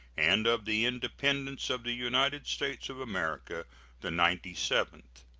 and of the independence of the united states of america the ninety-seventh.